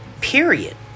period